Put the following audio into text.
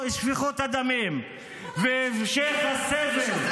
לא רוצה לתת לו לסיים, לא רוצה לתת לו לדבר.